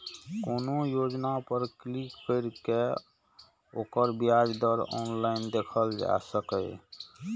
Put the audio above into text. कोनो योजना पर क्लिक कैर के ओकर ब्याज दर ऑनलाइन देखल जा सकैए